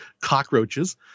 cockroaches